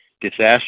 disaster